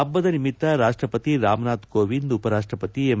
ಪಬ್ಪದ ನಿಮಿತ್ತ ರಾಷ್ಟಪತಿ ರಾಮನಾಥ್ ಕೋವಿಂದ್ ಉಪರಾಷ್ಟಪತಿ ಎಂ